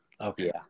Okay